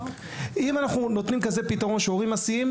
אם אנחנו נותנים כזה פתרון שהורים מסיעים,